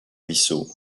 ruisseaux